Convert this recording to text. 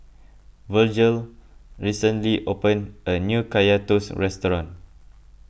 Virgel recently opened a new Kaya Toast restaurant